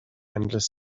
endless